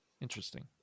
Interesting